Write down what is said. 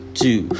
two